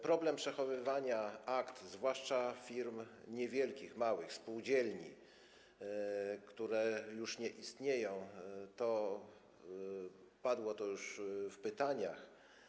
Problem przechowywania akt, zwłaszcza firm niewielkich, małych, spółdzielni, które już nie istnieją - to padło już w pytaniach.